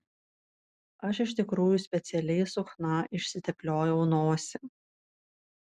aš iš tikrųjų specialiai su chna išsitepliojau nosį